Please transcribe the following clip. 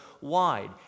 wide